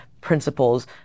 principles